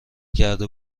کرده